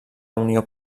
unió